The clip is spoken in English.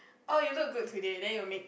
oh you look good today then you make